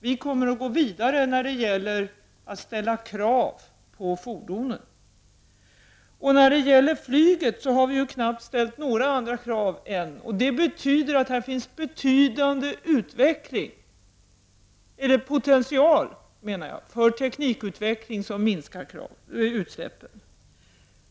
Vi kommer att gå vidare när det gäller att ställa krav på fordonen. När det gäller flyget har vi knappt ställt några krav ännu, och det betyder att här finns en betydande potential för teknikutveckling som minskar utsläppen.